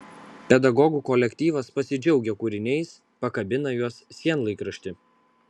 pedagogų kolektyvas pasidžiaugia kūriniais pakabina juos sienlaikrašty